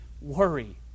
worry